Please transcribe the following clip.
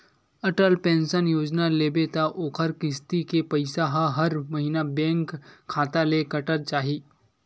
Atal pension योजना लेबे त ओखर किस्ती के पइसा ह हर महिना बेंक खाता ले कटत जाही